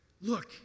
look